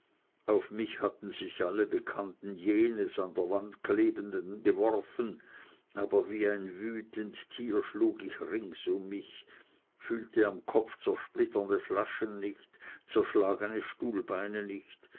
auf mich hatten sich alle bekannten jenes an der wand klebenden geworfen aber wie ein wütend tier schlug ich rings um mich fühlte am kopf zersplitternde flaschen nicht zerschlagene stuhlbeine nicht